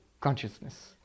Consciousness